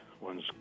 one's